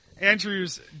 Andrew's